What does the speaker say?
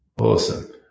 Awesome